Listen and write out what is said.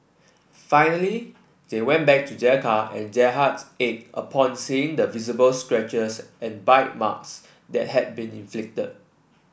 finally they went back to their car and their hearts ached upon seeing the visible scratches and bite marks that had been inflicted